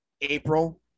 April